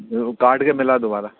हे वो काट के मिला दोबारा